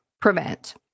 prevent